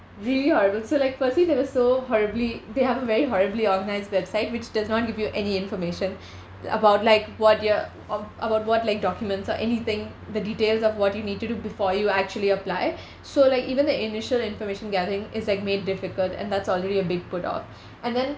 really hard so like firstly they were so horribly they have very horribly organised website which does not give you any information about like what their ob~ about what like documents or anything the details of what you need to do before you actually apply so like even the initial information gathering is like made difficult and that's already a big put off and then